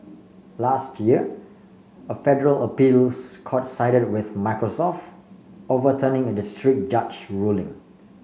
last year a federal appeals court sided with Microsoft overturning a district judge ruling